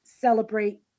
celebrate